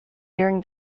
during